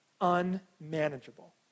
unmanageable